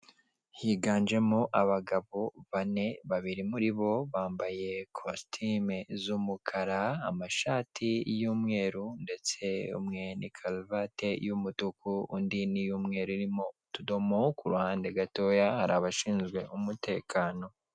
Higanjemo abagabo bane, babiri muribo bambaye kositime z'umukara amashati y'umweru. ndetse umwe ni karuvate y'umutuku undi ni iy'umweru irimo utudomo ku ruhande gatoya hari abashinzwe umutekano.